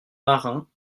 marins